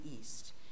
east